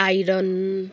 iron